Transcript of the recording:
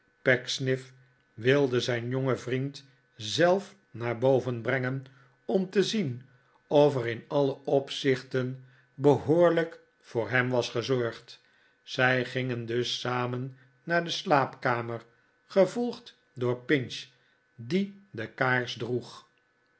pecksniff wilde zijn jongen vriend zelf naar boven brengen om te zien of er in alle opzichten behoorlijk voor hem was gezorgd zij gingen dus samen naar de slaapkamer geyolgd door pinch die de kaars droeg